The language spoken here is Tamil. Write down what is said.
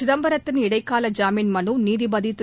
சிதம்பரத்தின் இடைக்கால ஜாமின் மனுநீதிபதி திரு